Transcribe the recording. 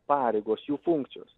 pareigos jų funkcijos